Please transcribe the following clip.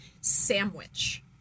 Sandwich